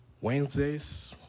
Wednesdays